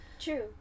True